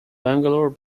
bangalore